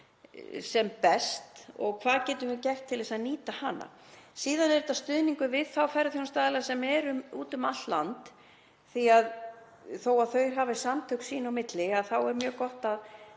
sem best. Hvað getum við gert til þess að nýta hana? Síðan er þetta stuðningur við þá ferðaþjónustuaðila sem eru úti um allt land því að þó að þeir hafi samtök sín á milli þá er mjög gott að